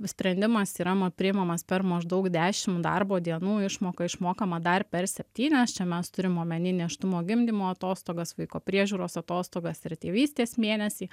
sprendimas yra priimamas per maždaug dešimt darbo dienų išmoka išmokama dar per septynias čia mes turim omeny nėštumo gimdymo atostogas vaiko priežiūros atostogas ir tėvystės mėnesį